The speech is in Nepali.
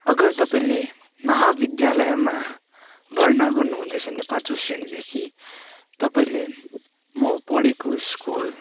अगर तपाईँले महाविद्यालयमा भर्ना गर्नु हुँदैछ भने पाचौँ श्रेणीदेखि तपाईँले म पढेको स्कुल